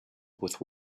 with